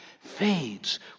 fades